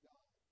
God